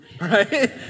right